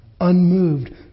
Unmoved